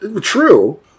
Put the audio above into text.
true